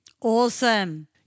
Awesome